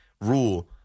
rule